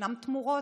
ישנן תמורות,